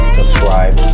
subscribe